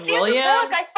Williams